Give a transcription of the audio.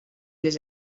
les